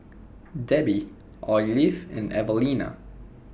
Debi Olive and Alvena